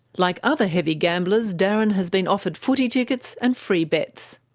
like other heavy gamblers, darren has been offered footy tickets and free bets.